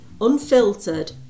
unfiltered